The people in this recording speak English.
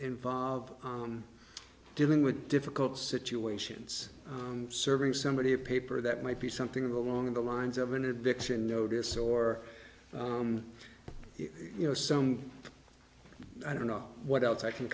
involve dealing with difficult situations serving somebody a paper that might be something along the lines of an addiction notice or you know some i don't know what else i can